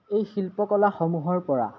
এই শিল্পকলাসমূহৰ পৰা